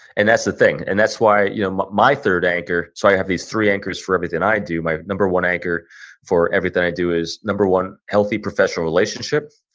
and that's the thing. and that's why you know my my third anchor, so, i have these three anchors for everything i do. my number one anchor for everything i do is, number one, healthy professional relationship.